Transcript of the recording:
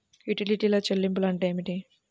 యుటిలిటీల చెల్లింపు అంటే ఏమిటి?